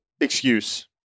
excuse